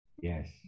Yes